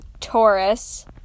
Taurus